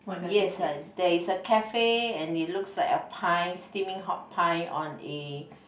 yes uh there is a cafe and it looks like a pie steaming hot pie on a